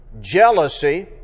jealousy